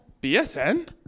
bsn